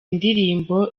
ndirimbo